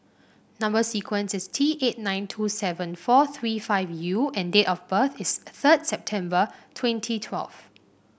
number sequence is T eight nine two seven four three five U and date of birth is third of September twenty twelve